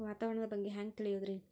ವಾತಾವರಣದ ಬಗ್ಗೆ ಹ್ಯಾಂಗ್ ತಿಳಿಯೋದ್ರಿ?